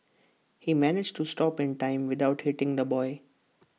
he managed to stop in time without hitting the boy